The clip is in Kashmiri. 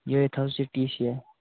یہِ ۂے تھاو